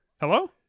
Hello